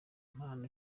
impano